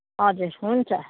हजुर हुन्छ